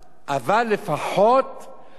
הנושא של פיתוי קטינים,